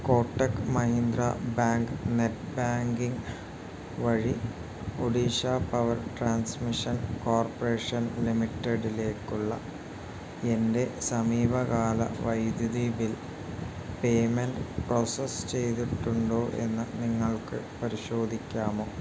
Kotak Mahindra bank net banking വഴി Odisha power transmission corporation ലിമിറ്റഡിലേക്കുള്ള എൻ്റെ സമീപകാല വൈദ്യുതി ബിൽ പേയ്മെൻ്റ് പ്രോസസ്സ് ചെയ്തിട്ടുണ്ടോ എന്ന് നിങ്ങൾക്ക് പരിശോധിക്കാമോ